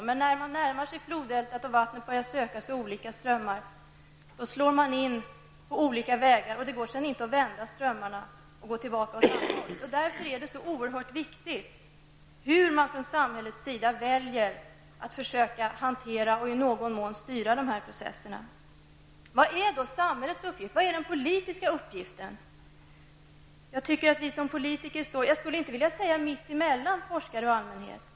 Men när man närmar sig floddeltat och vattnet börjar söka sig i olika strömmar slår man in på olika vägar. Sedan går det inte att vända strömmarna och gå tillbaka åt andra hållet. Därför är det så oerhört viktigt hur man från samhällets sida väljer att försöka hantera och i någon mån styra dessa processer. Vilken uppgift har samhället? Vilken är den politiska uppgiften? Jag skulle inte vilja säga att vi som politiker står mitt emellan forskare och allmänhet.